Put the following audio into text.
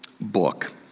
book